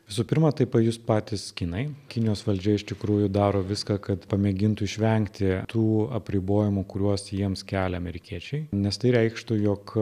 visų pirma tai pajus patys kinai kinijos valdžia iš tikrųjų daro viską kad pamėgintų išvengti tų apribojimų kuriuos jiems kelia amerikiečiai nes tai reikštų jog